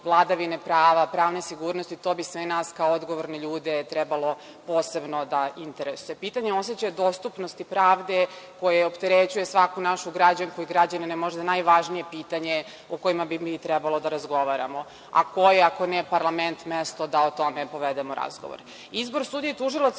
vladavine prava, pravne sigurnosti, to bi sve nas, kao odgovorne ljude, trebalo posebno da interesuje. Pitanje osećaja dostupnosti pravde koje opterećuje svaku našu građanku i građanina možda je najvažnije pitanje o kojem bi mi trebalo da razgovaramo. A ko je, ako ne parlament, mesto da o tome povedemo razgovor? Izbor sudija i tužilaca,